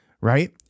right